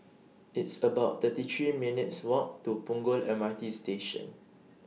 It's about thirty three minutes' Walk to Punggol M R T Station